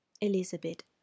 Elizabeth